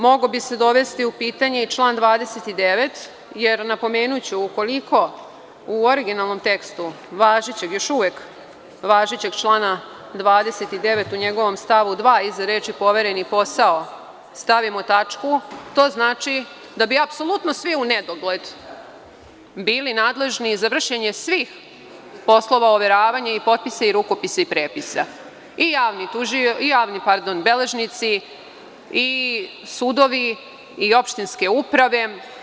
Mogao bi se dovesti u pitanje i član 29, jer, napomenuću, ukoliko u originalnom tekstu još uvek važećeg člana 29. u njegovom stavu 2. iza reči: „povereni posao“ stavimo tačku, to znači da bi apsolutno svi u nedogled bili nadležni za vršenje svih poslova overavanja potpisa, rukopisa i prepisa, i javni beležnici, i sudovi, i opštinske uprave.